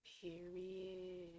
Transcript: Period